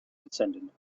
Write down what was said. descended